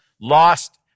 lost